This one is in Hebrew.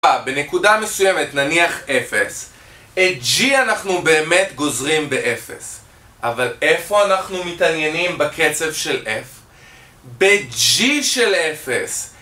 בנקודה מסוימת נניח אפס. את G אנחנו באמת גוזרים באפס אבל איפה אנחנו מתעניינים בקצב של F? ב-G של אפס